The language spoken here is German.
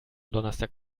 donnerstag